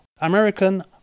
american